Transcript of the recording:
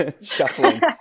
shuffling